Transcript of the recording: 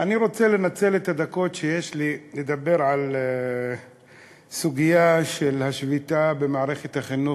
אני רוצה לנצל את הדקות שיש לי לדבר על הסוגיה של השביתה במערכת החינוך,